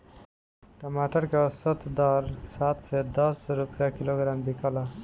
टमाटर के औसत दर सात से दस रुपया किलोग्राम बिकला?